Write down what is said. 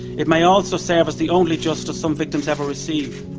it may also serve as the only justice some victims ever receive.